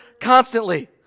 constantly